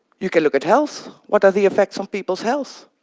you can look at health what are the effects on people's health?